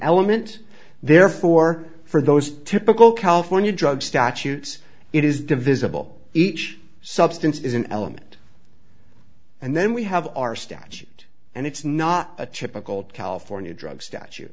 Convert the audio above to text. element therefore for those typical california drug statutes it is divisible each substance is an element and then we have our statute and it's not a typical california drug statu